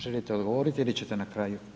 Želite odgovoriti ili ćete na kraju?